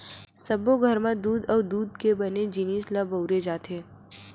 सब्बो घर म दूद अउ दूद के बने जिनिस ल बउरे जाथे